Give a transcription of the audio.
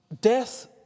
death